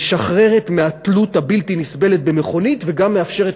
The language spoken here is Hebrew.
משחררת מהתלות הבלתי נסבלת במכונית וגם מאפשרת